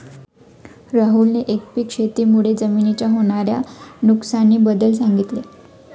राहुलने एकपीक शेती मुळे जमिनीच्या होणार्या नुकसानी बद्दल सांगितले